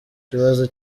kibazo